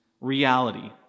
reality